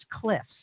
cliffs